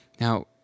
Now